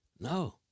No